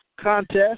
contest